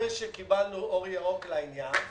ואחרי שקיבלנו אור ירוק לעניין,